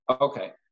okay